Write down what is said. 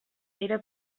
era